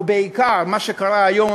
ובעיקר מה שקרה היום,